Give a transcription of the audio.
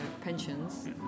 pensions